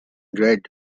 red